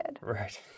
Right